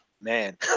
man